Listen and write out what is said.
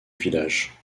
villages